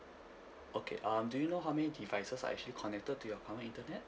okay um do you know how many devices are actually connected to your current internet